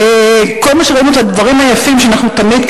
וכל הדברים היפים שאנחנו תמיד,